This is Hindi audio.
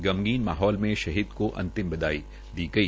गममीन माहौल में शहीद को अंतिम बिदाई दी गई